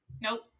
Nope